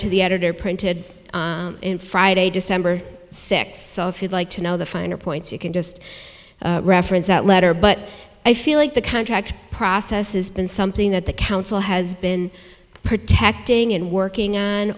to the editor printed in friday december sixth so if you'd like to know the finer points you can just reference that letter but i feel like the contract process has been something that the council has been protecting and working on